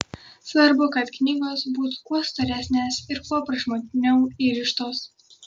svarbu kad knygos būtų kuo storesnės ir kuo prašmatniau įrištos